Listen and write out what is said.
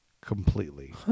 completely